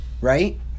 Right